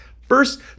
First